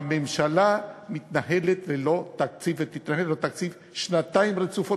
הממשלה מתנהלת ללא תקציב ותתנהל ללא תקציב שנתיים רצופות.